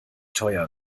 teuer